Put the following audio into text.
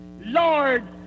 Lord